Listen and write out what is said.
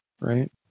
right